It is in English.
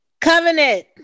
Covenant